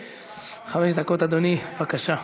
חמש דקות, אדוני, בבקשה.